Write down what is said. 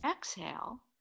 exhale